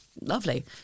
lovely